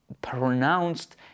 pronounced